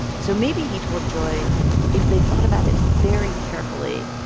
so maybe he told joy if they thought about it very carefully,